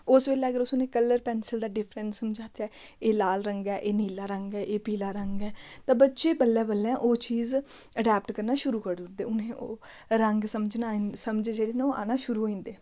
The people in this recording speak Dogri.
उस बेल्लै अगर उ'नें कलर पैंसल दा डिफेरंस समझाचै एह् लाल रंग ऐ एह् नीला रंग ऐ एह् पीला रंग ऐ ते बच्चे बल्लै बल्लै ओह् चीज अडाप्ट करना शुरू करुड़दे उ'नें ओह् रंग समझना समझ जेह्ड़ा ना ओह् आना शुरू होई जंदे